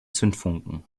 zündfunken